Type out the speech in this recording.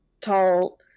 tall